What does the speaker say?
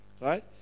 right